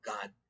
God